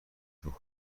شوخی